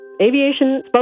aviation